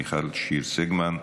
מיכל שיר סגמן,